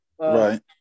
right